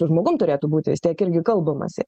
su žmogum turėtų būti vis tiek irgi kalbamasi